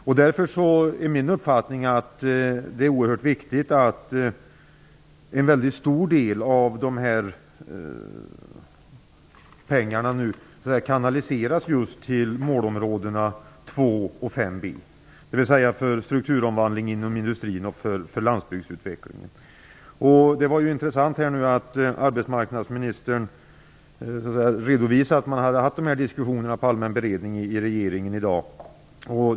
Jag anser därför att det är oerhört viktigt att en mycket stor del av de här pengarna kanaliseras just mot målområdena Det var intressant att arbetsmarknadsministern redovisade att regeringen i dag i allmän beredning hade fört en diskussion om detta.